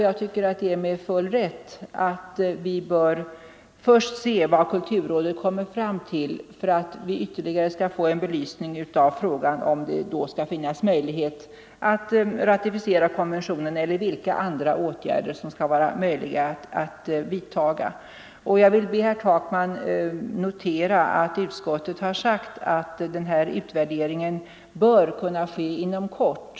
Jag tror att det är med full rätt som vi menar att vi först bör se vad kulturrådet kommer fram till, så att vi får en ytterligare belysning av frågan huruvida det skall finnas möjlighet att ratificera konventionen eller vilka andra åtgärder som kan vara möjliga att vidta. Jag vill be herr Takman att notera att utskottet har sagt att denna utvärdering bör kunna ske inom kort.